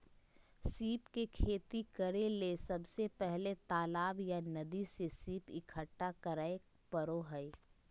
सीप के खेती करेले सबसे पहले तालाब या नदी से सीप इकठ्ठा करै परो हइ